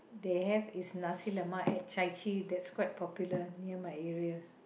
they have is nasi-lemak at Chai-Chee near my area